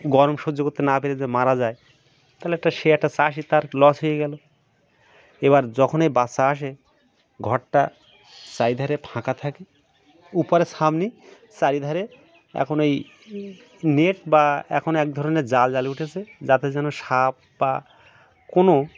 গরম সহ্য করতে না পেরে যদি মারা যায় তাহলে একটা সে একটা চাষি তার লস হয়ে গেল এবার যখন ওই বাচ্চা আসে ঘরটা চারিধারে ফাঁকা থাকে উপরে ছাউনি চারিধারে এখন ওই নেট বা এখন এক ধরনের জাল জাল উঠেছে যাতে যেন সাপ বা কোনো